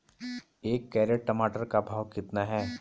एक कैरेट टमाटर का भाव कितना है?